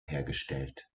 hergestellt